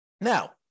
Now